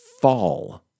fall